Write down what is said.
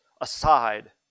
aside